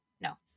No